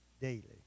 daily